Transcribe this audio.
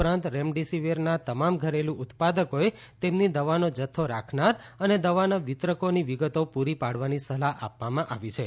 ઉપરાંત રેમડેસીવીરના તમામ ઘરેલું ઉત્પાદકોએ તેમની દવાનો જથ્થો રાખનાર અને આ દવાના વિતરકોની વિગતો પૂરી પાડવાની સલાહ આપવામાં આવી છે